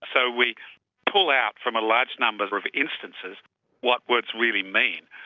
so we pull out from a large number of instances what words really mean.